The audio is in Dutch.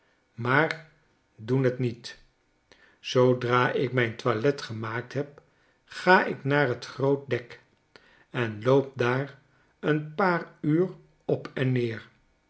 maar doen t niet zoodra ik mijn toilet gemaakt heb ga ik naar t groote dek en loop daar een paar uur op en neer